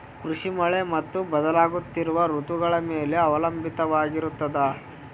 ಕೃಷಿ ಮಳೆ ಮತ್ತು ಬದಲಾಗುತ್ತಿರುವ ಋತುಗಳ ಮೇಲೆ ಅವಲಂಬಿತವಾಗಿರತದ